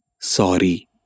Sorry